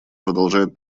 продолжает